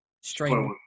strange